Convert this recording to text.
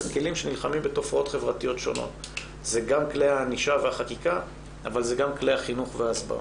זה גם כלי הענישה והאכיפה אבל זה גם כלי החינוך וההסברה.